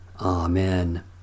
Amen